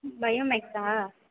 பையோ மேக்ஸ்ஸா